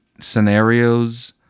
scenarios